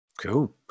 Cool